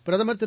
பிரதமர் திரு